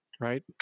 right